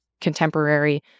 contemporary